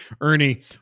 Ernie